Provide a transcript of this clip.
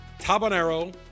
Tabanero